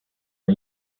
are